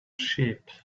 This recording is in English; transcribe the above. sheep